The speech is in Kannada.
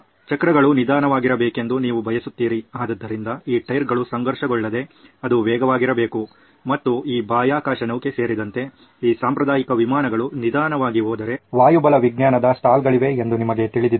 ಚಕ್ರಗಳು ನಿಧಾನವಾಗಿರಬೇಕೆಂದು ನೀವು ಬಯಸುತ್ತೀರಿ ಆದ್ದರಿಂದ ಈ ಟೈರ್ಗಳು ಘರ್ಷಣೆಗೊಳ್ಳದೆ ಅದು ವೇಗವಾಗಿರಬೇಕು ಮತ್ತು ಈ ಬಾಹ್ಯಾಕಾಶ ನೌಕೆ ಸೇರಿದಂತೆ ಈ ಸಾಂಪ್ರದಾಯಿಕ ವಿಮಾನಗಳು ನಿಧಾನವಾಗಿ ಹೋದರೆ ವಾಯುಬಲವಿಜ್ಞಾನದ ಸ್ಟಾಲ್ಗಳಿವೆ ಎಂದು ನಿಮಗೆ ತಿಳಿದಿದೆ